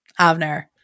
Avner